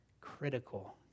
critical